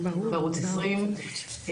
בערוץ 20,